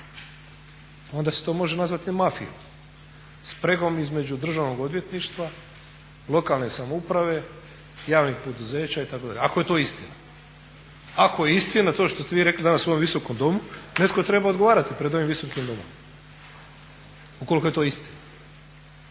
onda se to može nazvati mafijom, spregom između Državnog odvjetništva, lokalne samouprave, javnih poduzeća itd. Ako je to istina. Ako je istina to što ste vi rekli danas u ovom Visokom domu netko treba odgovarati pred ovim Visokim domom, ukoliko je to istina.